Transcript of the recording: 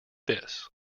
this